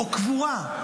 או קבורה,